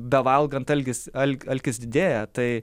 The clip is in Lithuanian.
bevalgant alkis alk alkis didėja tai